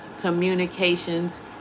communications